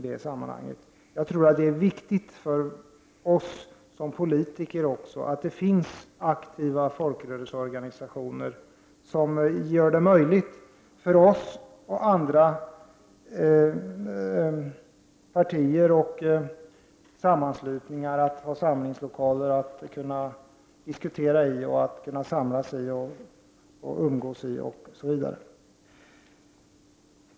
Det är viktigt för oss politiker att det finns aktiva folkrörelseorganisationer som gör det möjligt för oss och för andra partier och sammanslutningar att ha samlingslokaler att diskutera i, samlas i, umgås i, osv.